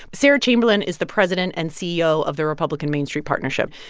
sarah chamberlain is the president and ceo of the republican main street partnership.